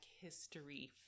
history